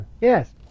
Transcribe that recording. Yes